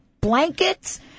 blankets